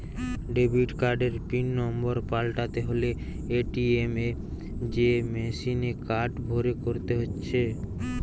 debit কার্ডের PIN নম্বর পাল্টাতে হলে এ.টি.এম এ যেয়ে মেসিনে কার্ড ভরে করতে হচ্ছে